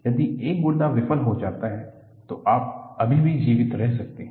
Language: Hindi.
यदि एक गुर्दा विफल हो जाता है तो आप अभी भी जीवित रह सकते हैं